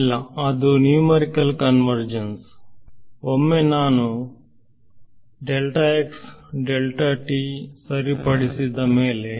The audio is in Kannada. ಇಲ್ಲ ಅದು ನ್ಯೂಮರಿಕಲ್ ಕನ್ವರ್ಜನ್ಸ್ ಒಮ್ಮೆ ನಾನು ಸರಿಪಡಿಸಿದ ಮೇಲೆ